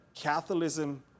Catholicism